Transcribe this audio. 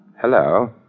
Hello